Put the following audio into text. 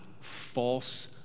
false